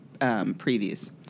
previews